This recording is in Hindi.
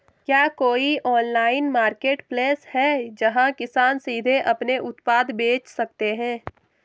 क्या कोई ऑनलाइन मार्केटप्लेस है, जहां किसान सीधे अपने उत्पाद बेच सकते हैं?